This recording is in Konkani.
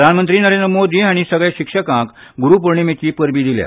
प्रधानमंत्री नरेंद्र मोदी हांणी सगल्या शिक्षकांक गुरूपौर्णिमेची परबीं दिल्या